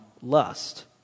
lust